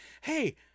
hey